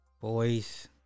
boys